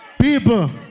People